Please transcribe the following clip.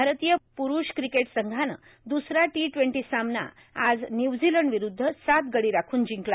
भारतीय पुरुष क्रिकेट संघानं दुसरा टो ट्वटों सामना आज न्यूझीलंड विरुद्ध सात गडी राखून जिंकला